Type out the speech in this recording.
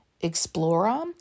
explorer